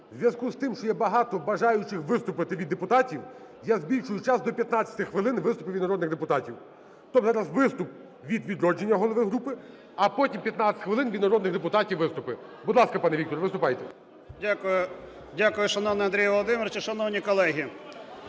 У зв'язку з тим, що є багато бажаючих виступити від депутатів, я збільшую час до 15 хвилин виступи від народних депутатів. Тобто зараз виступ від "Відродження", голови групи, а потім 15 хвилин від народних депутатів виступи. Будь ласка, пане Віктор, виступайте. 20:47:23 БОНДАР В.В. Дякую. Дякую, шановний Андрій Володимирович. Шановні колеги!